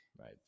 right